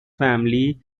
family